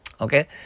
Okay